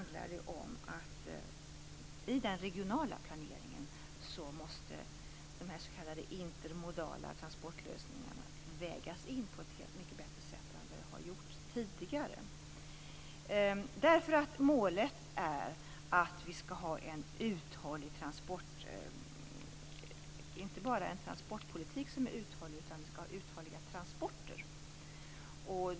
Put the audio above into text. Dessutom handlar det om att de s.k. intermodala transportlösningarna måste vägas in i den regionala planeringen på ett mycket bättre sätt än vad som har skett tidigare. Målet är att vi inte bara skall ha en transportpolitik som är uthållig utan även uthålliga transporter.